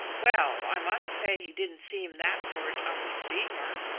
well, i must say he didn't seem that sort on the steamer,